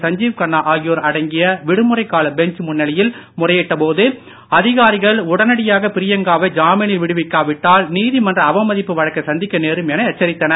சஞ்சீவ் கன்னா ஆகியோர் அடங்கிய விடுமுறைக்கால பெஞ்ச் முன்னிலையில் முறையிட்ட போது அதிகாரிகள் உடனடியாக பிரியங்காவை ஜாமினில் விடுவிக்காவிட்டால் நீதிமன்ற அவமதிப்பு வழக்கை சந்திக்க நேரும் என எச்சரித்தனர்